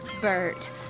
Bert